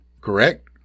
correct